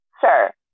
Sure